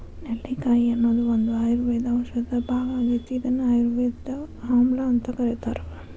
ನೆಲ್ಲಿಕಾಯಿ ಅನ್ನೋದು ಒಂದು ಆಯುರ್ವೇದ ಔಷಧದ ಭಾಗ ಆಗೇತಿ, ಇದನ್ನ ಆಯುರ್ವೇದದಾಗ ಆಮ್ಲಾಅಂತ ಕರೇತಾರ